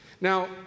Now